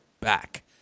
back